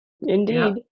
Indeed